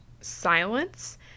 silence